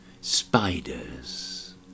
Spiders